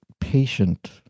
patient